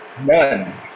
none